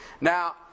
Now